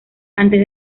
antes